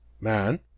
man